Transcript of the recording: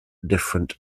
different